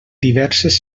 diverses